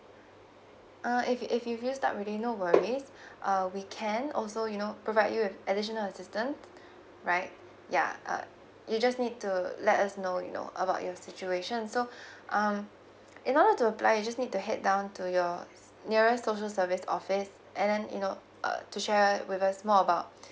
uh if you if you use up already no worries uh we can also you know provide you with additional assistant right ya uh you just need to let us know you know about your situation so um you don't need to apply you just need to head down to your nearest social service office and then you know uh to share with us more about